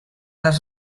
les